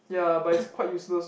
ya but it's quite useless